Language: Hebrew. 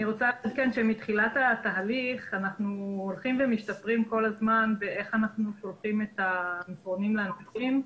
מתחילת התהליך אנחנו הולכים ומשתפרים כל הזמן בשליחת המסרונים לאנשים.